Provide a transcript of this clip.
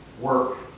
work